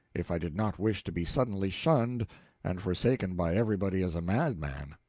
if i did not wish to be suddenly shunned and forsaken by everybody as a madman.